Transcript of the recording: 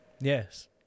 Yes